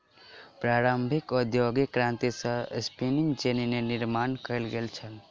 प्रारंभिक औद्योगिक क्रांति में स्पिनिंग जेनी के निर्माण कयल गेल छल